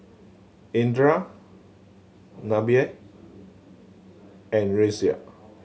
Indra Nabil and Raisya